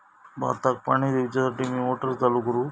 भाताक पाणी दिवच्यासाठी मी मोटर चालू करू?